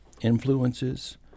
influences